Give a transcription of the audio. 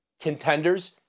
contenders